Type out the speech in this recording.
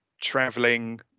traveling